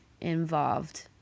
involved